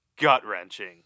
gut-wrenching